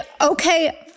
okay